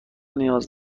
نیاز